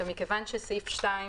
מכיוון שסעיף 2,